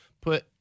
put